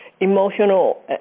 emotional